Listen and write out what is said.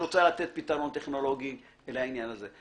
שרוצה לתת פתרון טכנולוגי לעניין הזה.